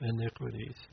iniquities